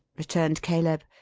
returned caleb.